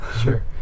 Sure